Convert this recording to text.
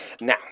Now